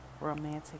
romantic